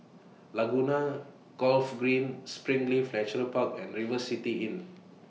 Laguna Golf Green Springleaf Natural Park and River City Inn